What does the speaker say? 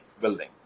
building